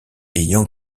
ayant